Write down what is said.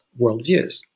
worldviews